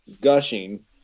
gushing